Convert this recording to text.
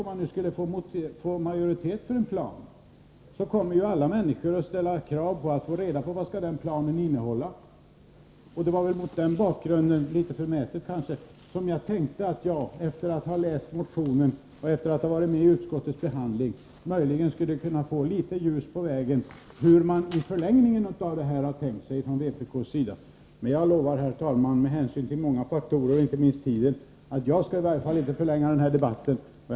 Om man nu verkligen skulle få majoritet för en plan, skulle ju alla människor ställa kravet att få reda på vad den skall innehålla. Det var mot den bakgrunden som jag tänkte — kanske litet förmätet — efter att också ha läst motionen och närvarit vid utskottets behandling, att jag möjligen skulle kunna få litet ljus på vägen från vpk:s sida när det gäller hur man har tänkt sig förlängningen av sitt förslag. Men jag lovar, herr talman, med hänsyn till många faktorer, inte minst tiden, att i varje fall inte jag skall förlänga denna debatt ytterligare.